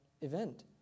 event